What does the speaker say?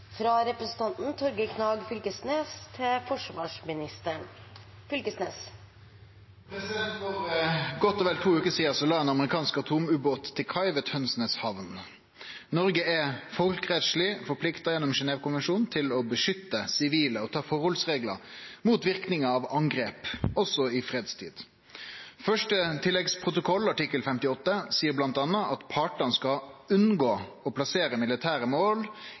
to uker siden la en amerikansk atomubåt til kai ved Tønsnes havn. Norge er folkerettslig forpliktet gjennom Genèvekonvensjonene til å beskytte sivile og å ta forholdsregler mot virkninger av angrep, også i fredstid. Første tilleggsprotokoll, artikkel 58, sier blant annet at partene skal «unngå å plassere militære mål